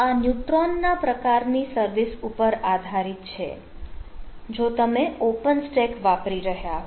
આ ન્યુટ્રોન ના પ્રકાર ની સર્વિસ ઉપર આધારિત છે જો તમે ઓપન સ્ટેક વાપરી રહ્યા હો